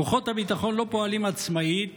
כוחות הביטחון לא פועלים עצמאית